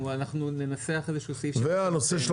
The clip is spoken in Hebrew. הנושא הזה של